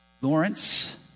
Lawrence